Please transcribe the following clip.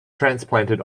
transplanted